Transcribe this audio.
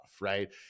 right